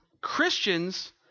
Christians